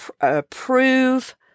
approve